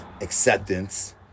acceptance